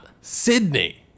Sydney